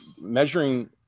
measuring